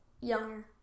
Younger